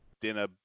dinner